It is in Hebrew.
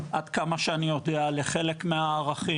עד כמה שאני יודע, לחלק מהערכים.